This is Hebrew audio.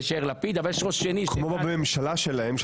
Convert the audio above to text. יאיר לפיד אבל יש ראש שני -- כמו בממשלה שלהם,